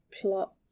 plot